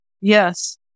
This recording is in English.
Yes